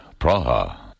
Praha